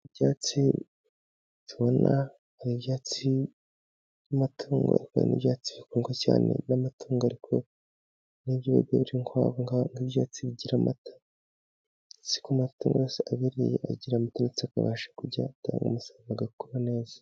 Ibyatsi tubona ni ibyatsi by'amatungo irwanya ibyatsi bikundwa cyane n'amatungo ariko n'ibyo bihugu birigwanga ibyatsi bigira amata, siko amata yose abiriye agira mututsi akabasha kujya atanga umusaruro agakora neza.